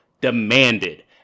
demanded